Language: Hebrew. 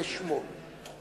זה שמו,